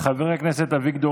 לעובדי הכנסת המסורים.